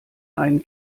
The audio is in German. einen